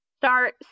start